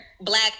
black